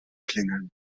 klingeln